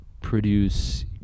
produce